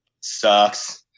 sucks